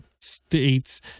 state's